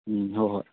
ꯎꯝ ꯍꯣꯏ ꯍꯣꯏ